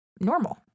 normal